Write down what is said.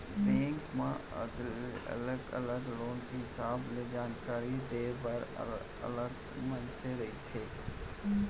bank म अलगे अलगे लोन के हिसाब ले जानकारी देय बर अलगे अलगे मनसे रहिथे